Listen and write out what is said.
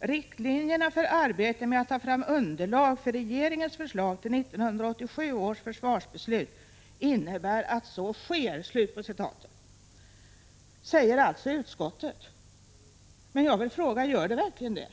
Riktlinjerna för arbetet med att ta 24 april 1986 fram underlag för regeringens förslag till 1987 års försvarsbeslut innebär att så sker.” Det säger alltså utskottet. Men jag vill fråga: Gör det verkligen det?